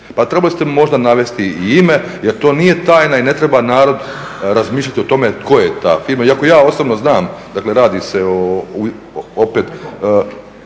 Pa trebali ste mu možda navesti i ime, jer to nije tajna i ne treba narod razmišljati o tome tko je ta firma, iako ja osobno znam, dakle radi se,